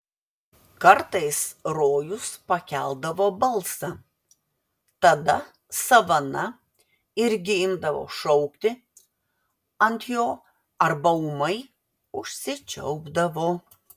kartais rojus pakeldavo balsą tada savana irgi imdavo šaukti ant jo arba ūmai užsičiaupdavo